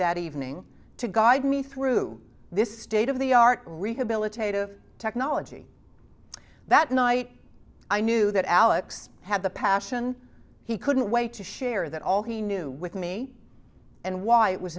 that evening to guide me through this state of the art rehabilitative technology that night i knew that alex had the passion he couldn't wait to share that all he knew with me and why it was